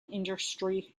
industry